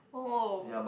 !woah!